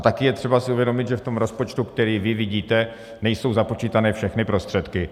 Také je třeba si uvědomit, že v tom rozpočtu, který vy vidíte, nejsou započítané všechny prostředky.